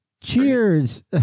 Cheers